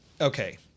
Okay